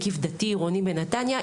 מקיף דתי עירוני בנתניה,